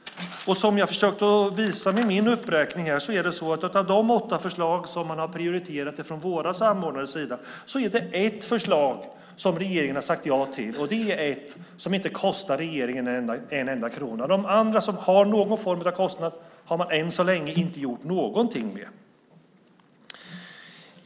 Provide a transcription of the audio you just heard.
Som jag försökte visa med min uppräkning har regeringen sagt ja till ett förslag av de åtta som man har prioriterat från våra samordnares sida. Det är ett förslag som inte kostar regeringen en enda krona. De andra, som medför någon form av kostnad, har man ännu så länge inte gjort något med.